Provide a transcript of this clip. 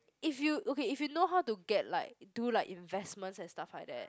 if you okay if you know get like do like investment and stuff like that